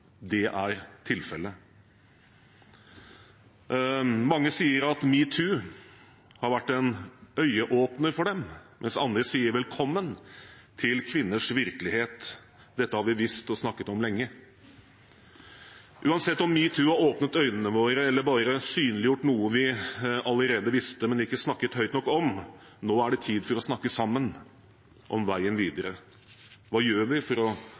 ikke er tilfellet. Mange sier at metoo har vært en øyeåpner til dem, mens andre sier velkommen til kvinners virkelighet, dette har vi visst og snakket om lenge. Uansett om metoo har åpnet øynene våre eller bare synliggjort noe vi allerede visste, men ikke snakket høyt nok om, er det nå tid for å snakke sammen om veien videre. Hva gjør vi for å